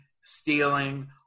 stealing